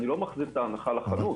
אני לא מחזיר את ההנחה לחנות.